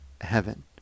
heaven